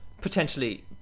potentially